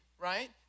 right